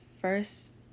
first